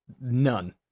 none